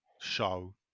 show